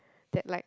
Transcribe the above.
that like